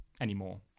anymore